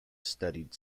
studied